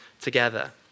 together